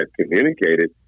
communicated